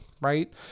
Right